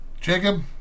Jacob